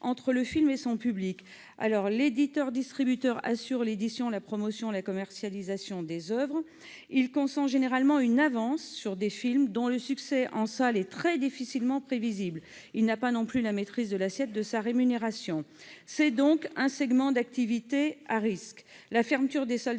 entre le film et son public. Il assure l'édition, la promotion et la commercialisation des oeuvres. Il consent généralement une avance sur des films dont le succès en salle est très difficilement prévisible. Il n'a pas non plus la maîtrise de l'assiette de sa rémunération. Il s'agit donc d'un segment d'activité à risque. La fermeture des salles